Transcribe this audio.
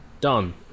Done